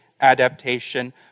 adaptation